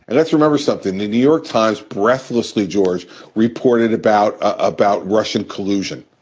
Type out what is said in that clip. and let's remember something. the new york times breathlessly george reported about about russian collusion.